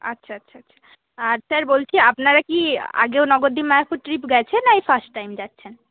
আচ্ছা আচ্ছা আচ্ছা আর স্যার বলছি আপনারা কি আগেও নবদ্বীপ মায়াপুর ট্রিপ গেছেন না এই ফার্স্ট টাইম যাচ্ছেন